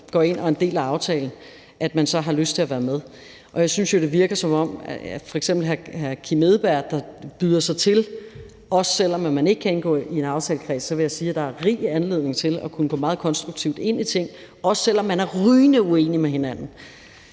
går ind og er en del af aftalen, har lyst til at være med. Jeg synes jo, det virker, som om at f.eks. hr. Kim Edberg Andersen byder sig til. Og også selv om man ikke kan indgå i en aftalekreds, vil jeg sige, at der er rig anledning til at gå konstruktivt ind i ting, også selv om man er rygende uenige med hinanden.